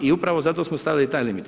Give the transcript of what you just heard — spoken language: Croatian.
I upravo zato smo stavili taj limit.